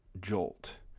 Jolt